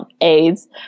aids